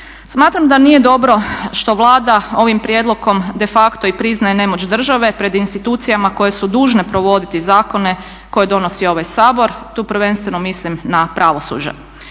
Smatram da nije dobro što Vlada ovim prijedlogom de facto i priznaje nemoć države pred institucijama koje su dužne provoditi zakone koje donosi ovaj Sabor. Tu prvenstveno mislim na pravosuđe.